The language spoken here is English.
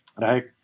right